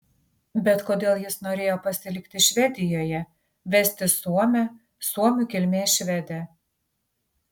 bet kodėl jis norėjo pasilikti švedijoje vesti suomę suomių kilmės švedę